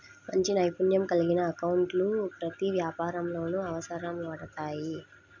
మంచి నైపుణ్యం కలిగిన అకౌంటెంట్లు ప్రతి వ్యాపారంలోనూ అవసరపడతారు